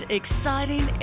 exciting